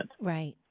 Right